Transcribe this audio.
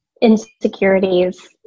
insecurities